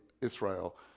Israel